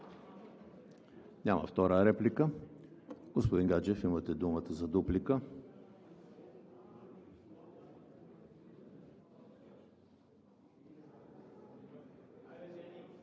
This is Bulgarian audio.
Втора реплика? Няма. Господин Гаджев, имате думата за дуплика.